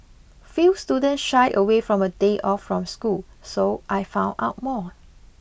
few students shy away from a day off from school so I found out more